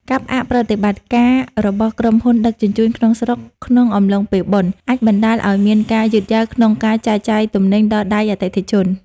ការផ្អាកប្រតិបត្តិការរបស់ក្រុមហ៊ុនដឹកជញ្ជូនក្នុងស្រុកក្នុងអំឡុងពេលបុណ្យ អាចបណ្តាលឱ្យមានការយឺតយ៉ាវក្នុងការចែកចាយទំនិញដល់ដៃអតិថិជន។